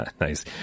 Nice